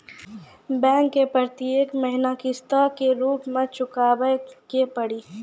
Bank मैं प्रेतियेक महीना किस्तो के रूप मे चुकाबै के पड़ी?